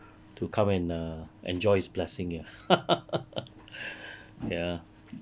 to come and err enjoy his blessing ya ya